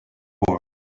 work